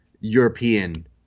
European